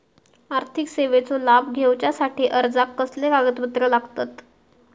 आर्थिक सेवेचो लाभ घेवच्यासाठी अर्जाक कसले कागदपत्र लागतत?